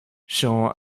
jean